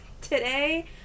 Today